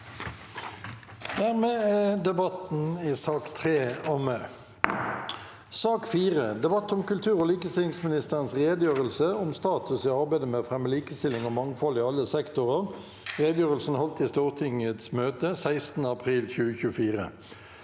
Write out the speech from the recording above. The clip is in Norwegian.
Dermed er debatten i sak nr. 3 omme. S ak nr. 4 Debatt om kultur- og likestillingsministerens rede- gjørelse om status i arbeidet med å fremme likestilling og mangfold i alle sektorer (Redegjørelsen holdt i Stortingets møte 16. april 2024)